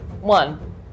One